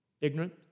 Ignorant